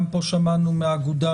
גם פה שמענו מהאגודה,